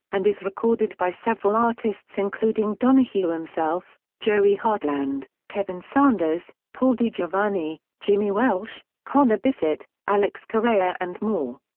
and is recorded by several artists including donahue himself, joey heartland, kevin sanders, paul digiovanni, jimmy welsh, connor bissett, alex correia and more.